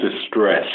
distress